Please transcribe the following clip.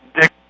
Dick